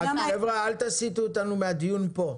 חבר'ה, אל תסיטו אותנו מהדיון פה.